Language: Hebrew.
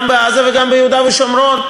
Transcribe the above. גם בעזה וגם ביהודה ושומרון?